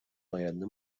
آینده